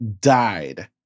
died